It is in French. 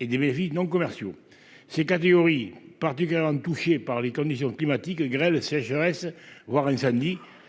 et des mairies non commerciaux, ces catégories particulièrement touchées par les conditions climatiques grêle sécheresse voir samedi